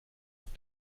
auf